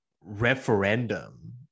referendum